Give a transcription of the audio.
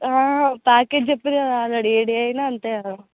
package చెప్పారు కదా already ఏ డే అయినా అంతే కదా